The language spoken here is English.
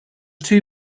two